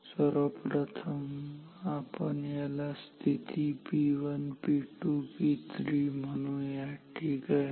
सर्वप्रथम याला आपण स्थिती P1 P2 and P3 म्हणूया ठीक आहे